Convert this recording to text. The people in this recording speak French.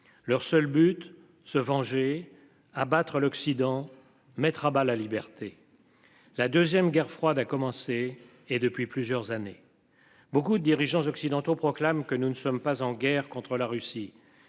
Leur seul but se venger abattre l'Occident mettre à bas la liberté. La deuxième Guerre froide a commencé et depuis plusieurs années. Beaucoup de dirigeants occidentaux proclame que nous ne sommes pas en guerre contre la Russie.